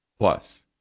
Plus